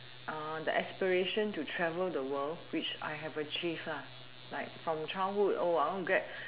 uh the aspiration to travel the world which I have achieved lah like from childhood oh I want get